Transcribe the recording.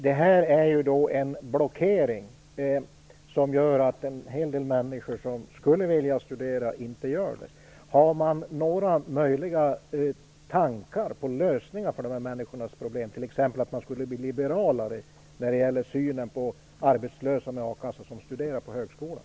Detta är en blockering som gör att en hel del människor som skulle vilja studera inte gör det. Har man några tankar på möjliga lösningar på problemen för dessa människor, t.ex. att bli liberalare när det gäller synen på arbetslösa med a-kassa som studerar på högskolan?